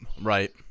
right